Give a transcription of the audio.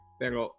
pero